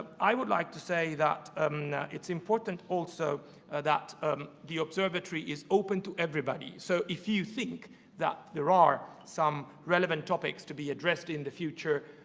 i would like to say that it's important also that the observatory is open to everybody. so if you think that there are some relevant topics to be addressed in the future,